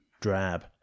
drab